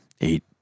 eight